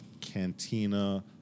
cantina